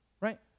Right